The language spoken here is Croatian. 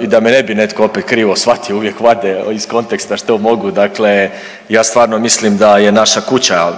i da me ne bi netko opet krivo shvatio, uvijek vade iz konteksta što mogu, dakle ja stvarno mislim da je naša kuća,